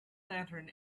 lantern